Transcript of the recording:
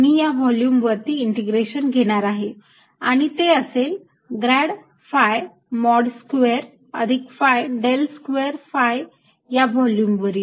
मी या व्हॉल्युम वरती इंटिग्रेशन घेणार आहे आणि ते असेल ग्रॅड phi मॉड स्क्वेअर अधिक phi डेल स्क्वेअर phi या व्हॉल्युम वरील